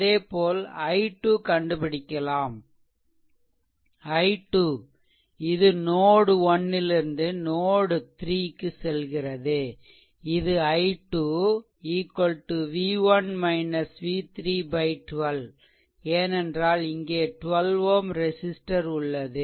அதேபோல் i2 கண்டுபிடிக்கலாம் i 2 இது நோட்1 லிருந்து நோட்3 செல்கிறது இது i 2 v1 v3 12 ஏனென்றால் இங்கே 12 Ω ரெசிஸ்ட்டர் உள்ளது